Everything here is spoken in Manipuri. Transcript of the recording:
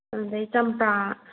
ꯑꯗꯒꯤ ꯆꯝꯄ꯭ꯔꯥ